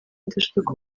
adashaka